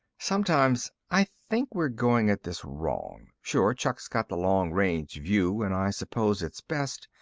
sometimes i think we're going at this wrong. sure, chuck's got the long-range view and i suppose it's best.